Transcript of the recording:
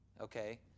okay